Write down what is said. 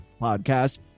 podcast